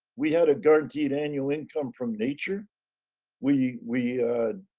we had a guaranteed annual income from nature we we